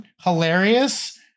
hilarious